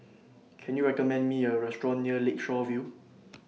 Can YOU recommend Me A Restaurant near Lakeshore View